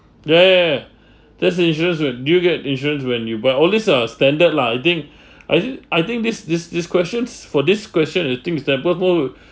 ya ya ya that's the insurance when you get insurance when you buy always uh standard lah I think I th~ I think this this this questions for this question the thing is that birth hold